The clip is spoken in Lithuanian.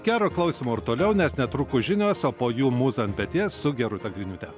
gero klausymo ir toliau nes netrukus žinios o po jų mūza ant peties su gerūta griniūte